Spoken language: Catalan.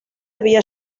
havia